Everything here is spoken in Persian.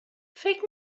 فکر